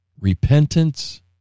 Repentance